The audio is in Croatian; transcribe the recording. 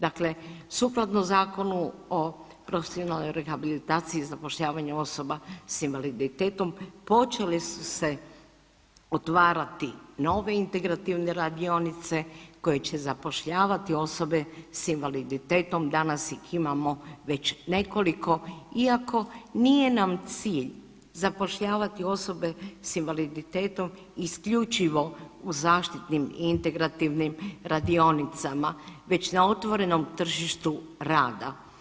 Dakle, sukladno Zakonu o profesionalnoj rehabilitaciji i zapošljavanju osoba s invaliditetom, počeli su se otvarati nove integrativne radionice koje će zapošljavati osobe s invaliditetom, danas ih imamo već nekoliko iako nije nam cilj zapošljavati osobe s invaliditetom isključivo u zaštitnim i integrativnim radionicama već na otvorenom tržištu rada.